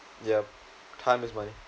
yup time is money